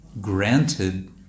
granted